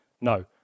No